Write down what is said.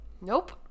Nope